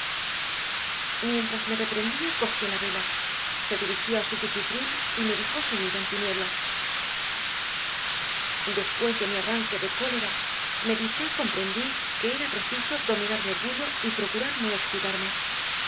ientras me reprendía cogió la vela se dirigió a su cuchitrily medejósumida en tinieblas d espués de miarranque de cólera medité y comprendíque era preciso dominar mi orgullo y procurar no excitarme